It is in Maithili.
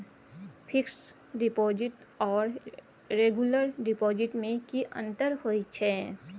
फिक्स डिपॉजिट आर रेगुलर डिपॉजिट में की अंतर होय छै?